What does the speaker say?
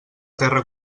terra